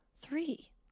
three